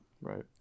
Right